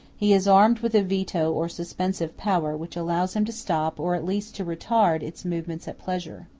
he is armed with a veto or suspensive power, which allows him to stop, or at least to retard, its movements at pleasure.